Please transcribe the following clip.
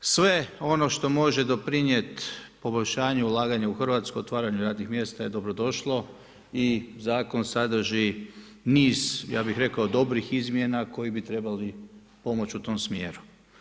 Sve ono što može doprinijeti poboljšanju ulaganja u Hrvatsku, otvaranju radnih mjesta je dobro došlo i zakon sadrži niz ja bih rekao dobrih izmjena koji bi trebali pomoći u tom smjeru.